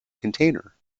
container